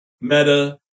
Meta